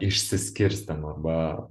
išsiskirstėm arba